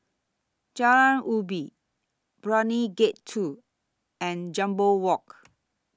Jalan Ubi Brani Gate two and Jambol Walk